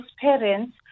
parents